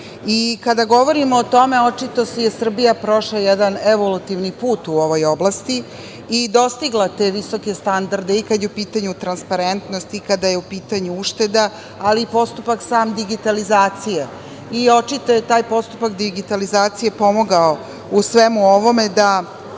Kada govorimo o tome, očito je Srbija prošla jedan evolutivni put u ovoj oblasti i dostigla te visoke standarde, i kada je u pitanju transparentnost, i kada je u pitanju ušteda, ali i sam postupak digitalizacije. Očito je taj postupak digitalizacije pomogao u svemu ovome da